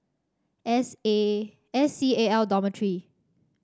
S A S C A L Dormitory